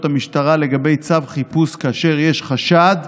המשטרה לגבי צו חיפוש כאשר יש חשד,